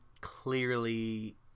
clearly